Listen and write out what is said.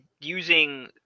using